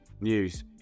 news